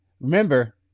remember